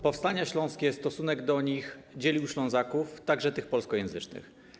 Powstania śląskie, stosunek do nich dzieliły Ślązaków, także tych polskojęzycznych.